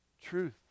truth